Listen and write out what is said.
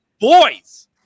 boys